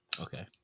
Okay